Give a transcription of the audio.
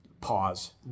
pause